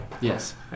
Yes